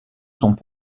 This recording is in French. son